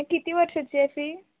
किती वर्षाची आहे फी